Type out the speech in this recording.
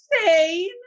insane